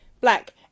black